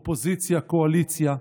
אופוזיציה, קואליציה,